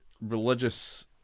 religious